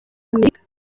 amerika